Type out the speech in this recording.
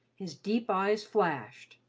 his deep eyes flashed.